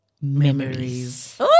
memories